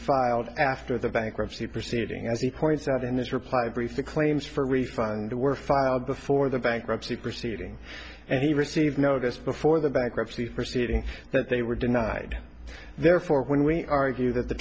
filed after the bankruptcy proceeding as he points out in this reply brief the claims for refund were filed before the bankruptcy proceeding and he received notice before the bankruptcy proceedings that they were denied therefore when we argue that the